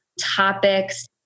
topics